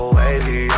wavy